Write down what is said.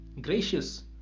gracious